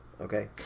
Okay